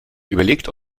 überlegt